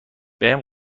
بهم